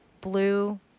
blue